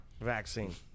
Vaccine